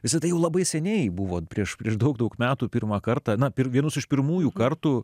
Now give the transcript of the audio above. visa tai jau labai seniai buvo prieš prieš daug daug metų pirmą kartą na vienus už pirmųjų kartų